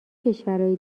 کشورای